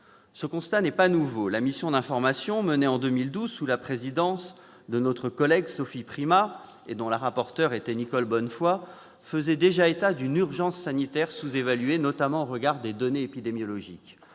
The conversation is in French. Ce constat n'est pas nouveau. La mission d'information menée en 2012, présidée par notre collègue Sophie Primas et dont la rapporteur était Nicole Bonnefoy, faisait déjà état d'une « urgence sanitaire » sous-évaluée, notamment au regard des données épidémiologiques.